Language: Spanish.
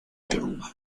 yoruba